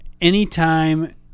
anytime –